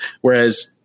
whereas